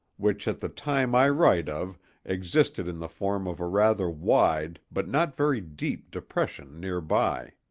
which at the time i write of existed in the form of a rather wide but not very deep depression near by.